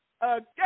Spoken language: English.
Again